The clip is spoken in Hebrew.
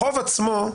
החוב עצמו,